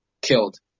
killed